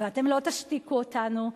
ואתם לא תשתיקו אותנו,